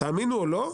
תאמינו או לא,